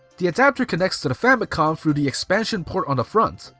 the adapter connects to the famicom through the expansion port on the front,